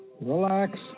relax